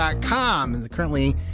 currently